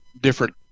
different